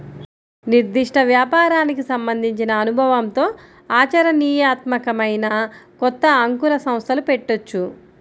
నిర్దిష్ట వ్యాపారానికి సంబంధించిన అనుభవంతో ఆచరణీయాత్మకమైన కొత్త అంకుర సంస్థలు పెట్టొచ్చు